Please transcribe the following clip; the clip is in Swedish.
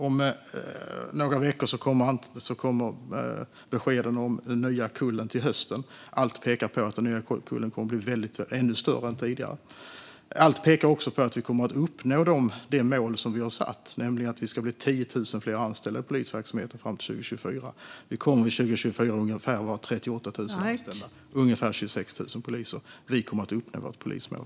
Om några veckor kommer beskeden om den nya kullen, som ska börja till hösten. Allt pekar på att den nya kullen kommer att bli ännu större än tidigare. Allt pekar också på att vi kommer att uppnå det mål som vi har satt upp: 10 000 fler anställda inom polisverksamheten fram till 2024. År 2024 kommer det att vara ungefär 38 000 anställda, varav ungefär 26 000 poliser. Vi kommer att uppnå vårt polismål.